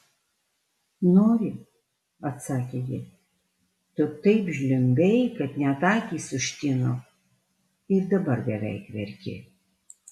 nori atsakė ji tu taip žliumbei kad net akys užtino ir dabar beveik verki